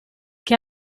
che